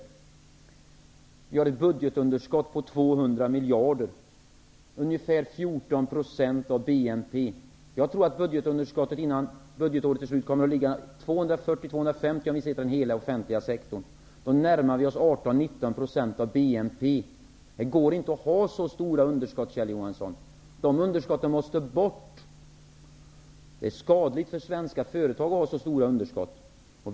Vi har ett budgetunderskott på 200 miljarder -- ca 14 % av BNP. Innan budgetåret är slut tror jag att budgetunderskottet kommer att vara mellan 240 och 250 miljarder om vi ser till hela den offentliga sektorn. Vi närmar vi oss då 18--19 % av BNP. Det går inte att ha så stora underskott, Kjell Johansson. Dessa underskott måste bort. De är skadliga för svenska företag.